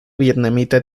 vietnamita